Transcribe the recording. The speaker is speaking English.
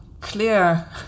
clear